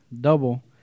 double